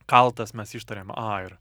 kaltas mes ištariam a ir